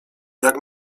jak